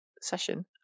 session